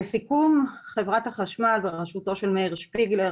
לסיכום, חברת החשמל בראשותו של מאיר שפיגלר